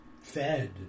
fed